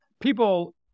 people